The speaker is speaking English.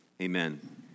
amen